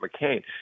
McCain